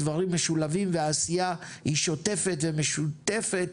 הדברים משולבים והעשייה היא שוטפת ומשותפת.